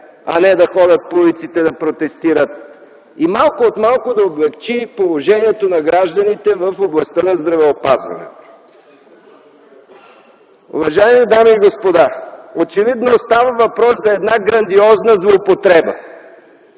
а не да ходят по улиците да протестират и малко от малко да облекчи положението на гражданите в областта на здравеопазването. Уважаеми дами и господа, очевидно става въпрос за една грандиозна злоупотреба